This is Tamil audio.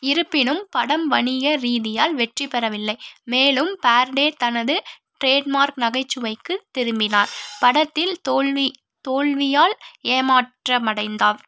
இருப்பினும் படம் வணிக ரீதியால் வெற்றி பெறவில்லை மேலும் பார்டே தனது ட்ரேட் மார்க் நகைச்சுவைக்கு திரும்பினார் படத்தில் தோல்வி தோல்வியால் ஏமாற்றம் அடைந்தார்